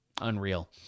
Unreal